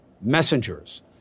messengers